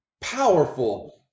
powerful